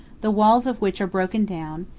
the walls of which are broken down,